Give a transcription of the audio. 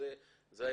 מה אני